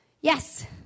Yes